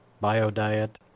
bio-diet